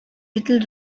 little